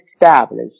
established